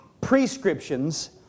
prescriptions